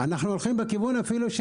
לא,